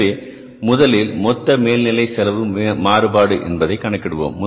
எனவே முதலில் மொத்த மேல்நிலை செலவு மாறுபாடு என்பதை கணக்கிடுவோம்